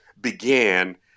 began